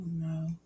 no